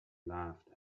laughed